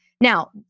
Now